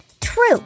True